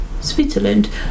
Switzerland